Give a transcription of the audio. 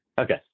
Okay